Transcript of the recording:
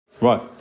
Right